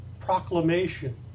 proclamation